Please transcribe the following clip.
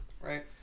right